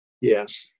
Yes